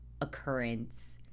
occurrence